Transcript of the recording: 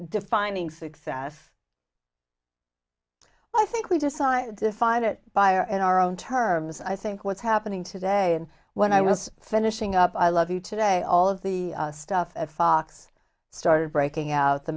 defining success well i think we decided to find it buyer in our own terms i think what's happening today and when i was finishing up i love you today all of the stuff fox started breaking out the